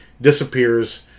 Disappears